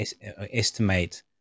estimate